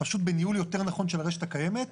פשוט בניהול יותר נכון של הרשת הקיימת,